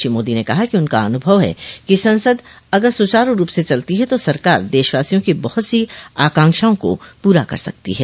श्री मोदी ने कहा कि उनका अनुभव है कि संसद अगर सुचारू रूप से चलती है तो सरकार देशवासियों की बहुत सी आकांक्षाओं को पूरा कर सकती है